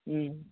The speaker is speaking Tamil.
ம்